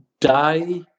Die